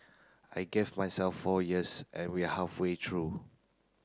I gave myself four years and we are halfway through